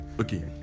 okay